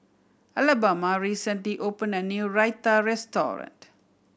Alabama recently opened a new Raita restaurant